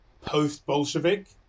post-Bolshevik